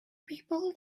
people